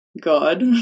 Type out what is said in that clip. God